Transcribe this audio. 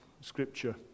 scripture